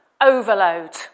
Overload